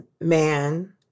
man